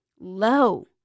low